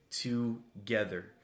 together